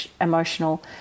emotional